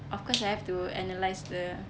of course I have to analyse the